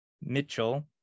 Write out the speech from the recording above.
Mitchell